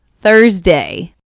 Thursday